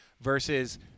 versus